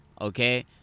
okay